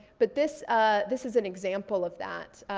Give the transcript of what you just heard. but this ah this is an example of that.